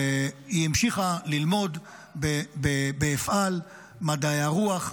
היא המשיכה ללמוד באפעל מדעי הרוח,